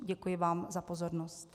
Děkuji vám za pozornost.